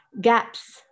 gaps